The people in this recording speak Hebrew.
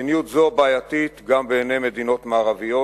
מדיניות זו בעייתית גם בעיני מדינות מערביות,